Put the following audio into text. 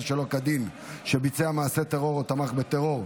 שלא כדין שביצע מעשה טרור או תמך בטרור),